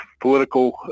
political